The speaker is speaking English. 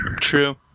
True